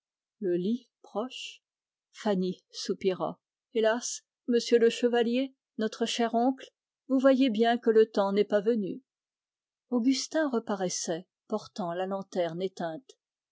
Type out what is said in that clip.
le lit proche fanny soupira hélas monsieur le chevalier notre cher oncle vous voyez bien que le temps n'est pas venu augustin reparaissait portant la lanterne éteinte